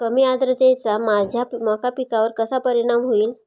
कमी आर्द्रतेचा माझ्या मका पिकावर कसा परिणाम होईल?